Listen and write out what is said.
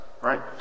Right